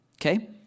okay